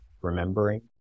remembering